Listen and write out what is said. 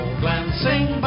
glancing